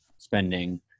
Spending